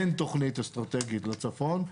אין תוכנית אסטרטגית לתוכנית,